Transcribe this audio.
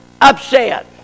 upset